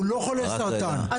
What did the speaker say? הוא לא חולה סרטן,